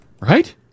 Right